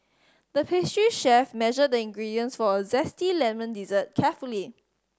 the pastry chef measured the ingredients for a zesty lemon dessert carefully